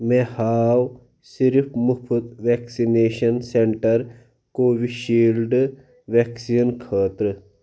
مےٚ ہاو صرِف مُفت vaccination centre Covishield vaccine خٲطرٕ